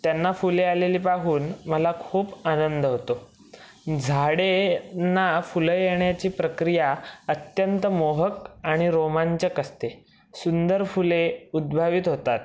त्यांना फुले आलेली पाहून मला खूप आनंद होतो झाडे ना फुलं येण्याची प्रक्रिया अत्यंत मोहक आणि रोमांचक असते सुंदर फुले उद्भावीत होतात